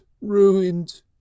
ruined